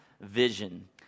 vision